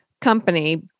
company